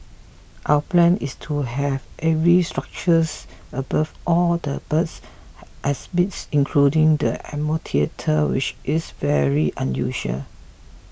our plan is to have aviary structures above all the birds exhibits including the amphitheatre which is very unusual